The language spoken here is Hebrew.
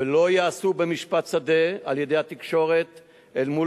ולא ייעשו במשפט שדה על-ידי התקשורת אל מול